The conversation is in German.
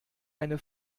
eine